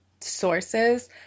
sources